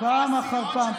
פעם אחר פעם.